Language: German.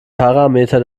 parameter